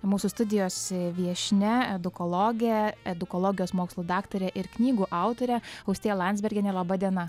mūsų studijos viešnia edukologė edukologijos mokslų daktarė ir knygų autorė austėja landsbergienė laba diena